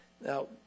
Now